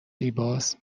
زیباست